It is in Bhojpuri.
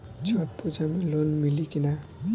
छठ पूजा मे लोन मिली की ना?